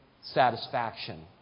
satisfaction